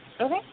Okay